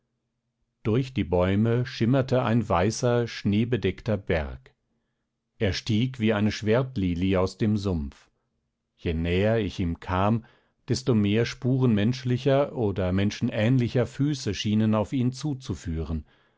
durch die bäume schimmerte ein weißer schneebedeckter berg er stieg wie eine schwertlilie aus dem sumpf je näher ich ihm kam desto mehr spuren menschlicher oder menschenähnlicher füße schienen auf ihn zuzuführen